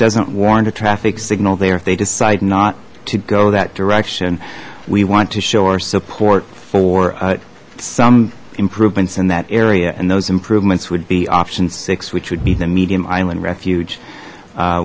doesn't warrant a traffic signal there if they decide not to go that direction we want to show our support for some improvements in that area and those improvements would be option six which would be the medium island refuge